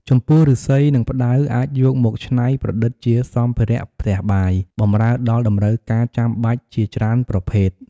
ចំពោះឫស្សី និងផ្តៅអាចយកមកច្នៃប្រឌិតជាសម្ភារៈផ្ទះបាយបម្រើដល់តម្រូវការចាំបាច់ជាច្រើនប្រភេទ។